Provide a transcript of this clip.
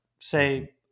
Say